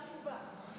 עכשיו תשובה.